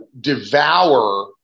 devour